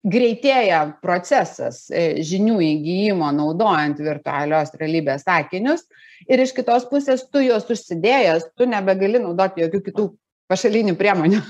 greitėja procesas žinių įgijimo naudojant virtualios realybės akinius ir iš kitos pusės tu juos užsidėjęs tu nebegali naudoti jokių kitų pašalinių priemonių